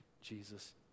Jesus